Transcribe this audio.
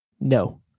No